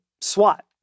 SWAT